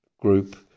group